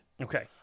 Okay